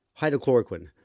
Hydrochloroquine